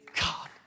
God